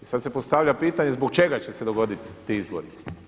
I sada se postavlja pitanje zbog čega će se dogoditi ti izbori?